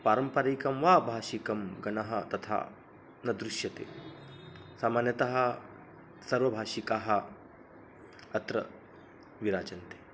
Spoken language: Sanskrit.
पारम्परिकः वा भाषिकः गणः तथा न दृश्यते सामान्यतः सर्वभाषिकाः अत्र विराजन्ते